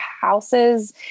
houses